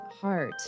Heart